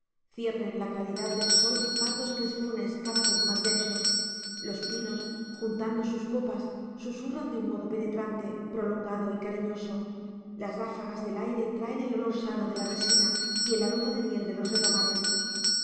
ciernen la claridad del sol pardos crespones cada vez más densos los pinos juntando sus copas susurran de un modo penetrante prolongado y cariñoso las ráfagas del aire traen el olor sano de la resina y el aroma de miel de los retamares